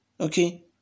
okay